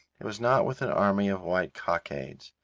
it was not with an army of white cockades,